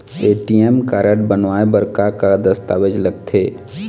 ATM card बनवाए बर का का दस्तावेज लगथे?